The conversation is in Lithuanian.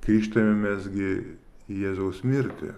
krikštijamės gi jėzaus mirtį